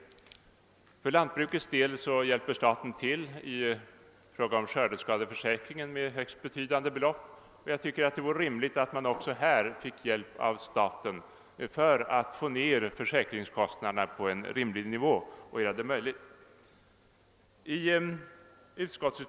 För lantbrukets del hjälper staten till i fråga om skördeskadeförsäkring med högst betydande belopp, och jag tycker det vore rimligt att också fisket fick hjälp av staten för att få ned försäkringskostnaderna på en rimlig nivå och därigenom möjliggöra försäkring.